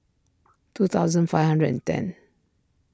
two thousand five hundred and ten